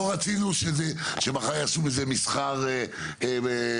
לא רצינו שמחר יעשו מזה מסחר בחנויות,